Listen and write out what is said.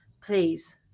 Please